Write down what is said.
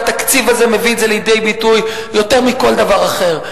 והתקציב הזה מביא את זה לידי ביטוי יותר מכל דבר אחר.